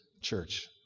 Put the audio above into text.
church